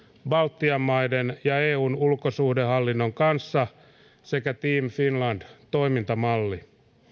baltian maiden ja eun ulkosuhdehallinnon kanssa sekä team finland toimintamalli